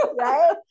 right